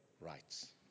rights